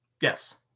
Yes